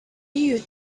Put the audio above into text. you